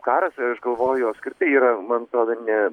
karas aš galvoju apskritai yra man atrodo ne